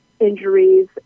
injuries